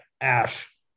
Ash